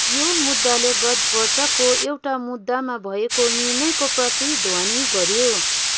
यो मुद्दाले गत वर्षको एउटा मुद्दामा भएको निर्णयको प्रतिध्वनि गऱ्यो